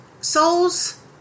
Souls